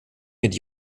mit